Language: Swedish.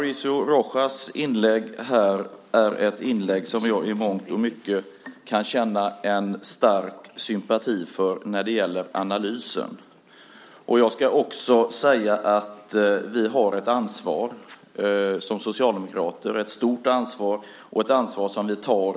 Fru talman! Jag kan i mångt och mycket känna en stark sympati för Mauricio Rojas inlägg när det gäller analysen. Vi socialdemokrater har ett stort ansvar, och det är ett ansvar vi tar på allvar.